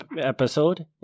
episode